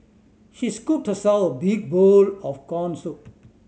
she scooped herself a big bowl of corn soup